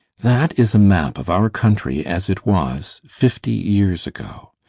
that is a map of our country as it was fifty years ago.